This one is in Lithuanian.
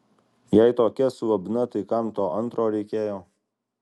jei tokia slabna tai kam to antro reikėjo